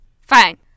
Fine